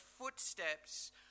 footsteps